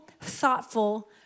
thoughtful